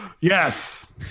yes